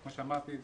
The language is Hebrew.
כמו שאמרתי,